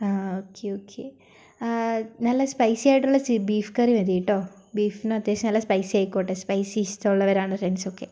ആ ഒക്കെ ഒക്കെ നല്ല സ്പൈസി ആയിട്ടുള്ള ബീഫ് കറി മതീട്ടൊ ബീഫിന് അത്യാവശ്യം നല്ല സ്പൈസി ആയിക്കോട്ടെ സ്പൈസി ഇഷ്ടമുള്ളവരാണ് ഫ്രണ്ട്സ് ഒക്കെ